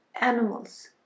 animals